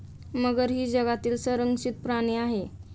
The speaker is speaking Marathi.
मगर ही जगातील संरक्षित प्राणी आहे